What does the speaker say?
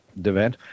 DeVent